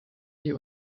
die